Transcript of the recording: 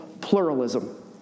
pluralism